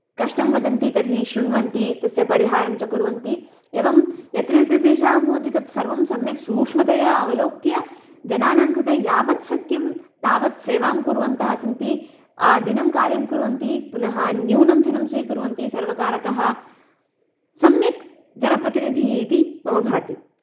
कष्टं वदन्ति तर्हि श्रुणवन्ति तस्य परिहारं च कुर्वन्ति एवं यत्र यत्र क्लेशाः भवन्ति तद् सर्वं सम्यक् सूक्ष्मतया अवलोक्य जनानां कृते यावत् शक्यं तावद् सेवां कुर्वन्तः सन्ति आदिनं कार्यं कुर्वन्ति पुनः न्यूनं धनं स्वीकुर्वन्ति सर्वकारतः सम्यक् जनप्रतिनिधिः इति मम भाति